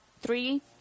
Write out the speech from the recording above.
Three